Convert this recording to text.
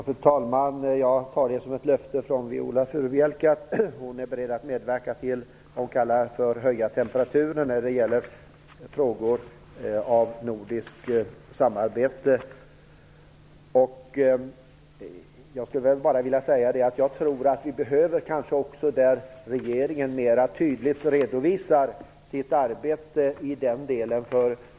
Fru talman! Jag tar det som ett löfte från Viola Furubjelke om att hon är beredd att medverka till vad hon kallar för att höja temperaturen när det gäller frågor om nordiskt samarbete. Jag tror nog att det också finns ett behov av att regeringen mera tydligt redovisar sitt arbete i den delen.